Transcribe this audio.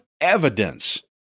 evidence